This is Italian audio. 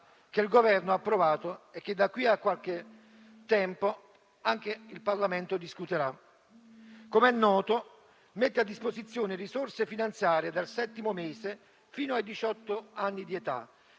che il Governo ha approvato e che da qui a qualche tempo anche il Parlamento discuterà. Come è noto, esso mette a disposizione risorse finanziarie dal settimo mese fino ai diciotto anni di età;